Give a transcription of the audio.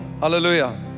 Hallelujah